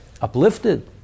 uplifted